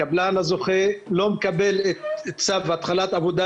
הקבלן הזוכה לא מקבל צו התחלת עבודה